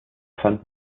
fand